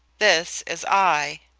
this is i.